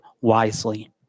wisely